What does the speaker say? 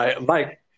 Mike